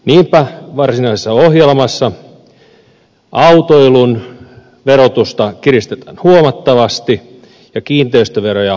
niinpä varsinaisessa ohjelmassa autoilun verotusta kiristetään huomattavasti ja kiinteistöveroja nostetaan entisestään